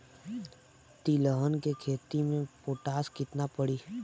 तिलहन के खेती मे पोटास कितना पड़ी?